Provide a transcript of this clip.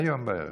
היום בערב.